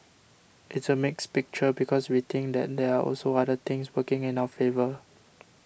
it's a mixed picture because we think that there are also other things working in our favour